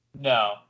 No